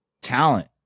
talent